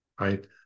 right